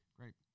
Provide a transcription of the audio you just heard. Great